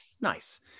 Nice